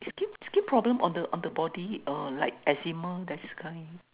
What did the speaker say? tricking tricking problem on the on the body uh like eczema that's kind